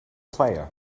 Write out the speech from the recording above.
player